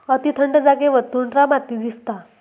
अती थंड जागेवर टुंड्रा माती दिसता